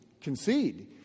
concede